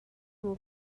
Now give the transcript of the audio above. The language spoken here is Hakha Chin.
hmu